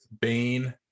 Bane